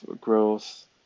growth